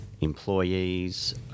Employees